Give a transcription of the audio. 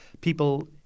people